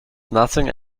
nothing